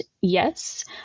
Yes